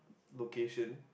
location